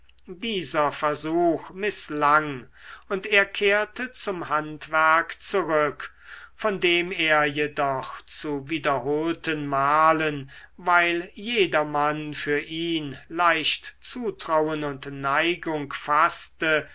dieser versuch mißlang und er kehrte zum handwerk zurück von dem er jedoch zu wiederholten malen weil jedermann für ihn leicht zutrauen und neigung faßte